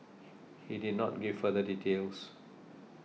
he did not give further details